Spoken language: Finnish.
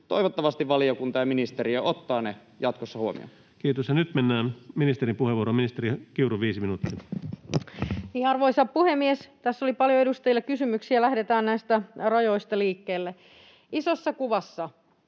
toivottavasti valiokunta ja ministeriö ottaa ne jatkossa huomioon. Kiitos. — Ja nyt mennään ministerin puheenvuoroon. — Ministeri Kiuru, 5 minuuttia. Arvoisa puhemies! Tässä oli edustajilla paljon kysymyksiä. Lähdetään näistä rajoista liikkeelle. Isossa kuvassa